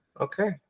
Okay